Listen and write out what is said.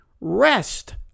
Rest